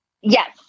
Yes